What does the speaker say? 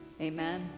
amen